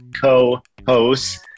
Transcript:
co-hosts